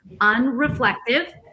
unreflective